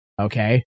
okay